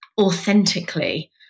authentically